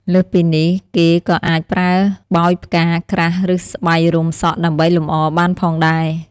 លើសពីនេះ គេក៏អាចប្រើបោយផ្កា ក្រាស់ ឬស្បៃរុំសក់ដើម្បីលម្អបានផងដែរ។